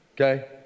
okay